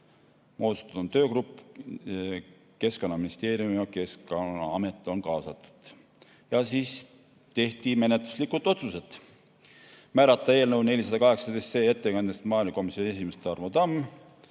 Moodustatud on töögrupp, kuhu ka Keskkonnaministeerium ja Keskkonnaamet on kaasatud. Ja siis tehti menetluslikud otsused: määrata eelnõu 418 ettekandjaks maaelukomisjoni esimees Tarmo Tamm